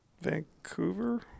Vancouver